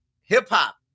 hip-hop